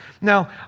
Now